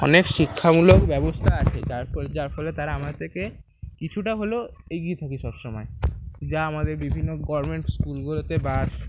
অনেক শিক্ষামূলক ব্যবস্থা আছে যার ফলে যার ফলে তারা আমার থেকে কিছুটা হলেও এগিয়ে থাকি সব সময় যা আমাদের বিভিন্ন গভর্নমেন্ট স্কুলগুলোতে বা